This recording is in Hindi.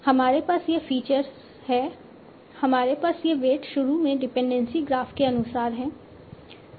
हमारे पास यह फीचर्स हैं हमारे पास यह वेट्स शुरू में डिपेंडेंसी ग्राफ के अनुसार है